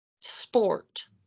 sport